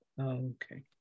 Okay